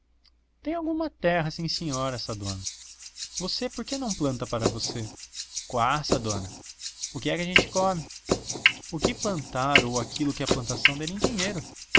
tem alguma terra sim senhora sá dona você por que não planta para você quá sá dona o que é que a gente come o que plantar ou aquilo que a plantação der em dinheiro